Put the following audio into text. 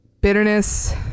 bitterness